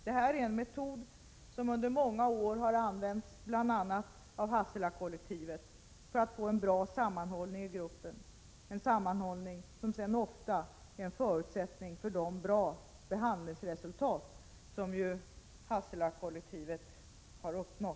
Detta är en metod som under många år har använts av bl.a. Hasselakollektivet för att kunna åstadkomma en bra sammanhållning i behandlingsgruppen — en sammanhållning som ofta är en förutsättning för att nå de goda behandlingsresultat som Hasselakollektivet brukar uppnå.